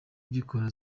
gikora